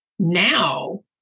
now